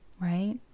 right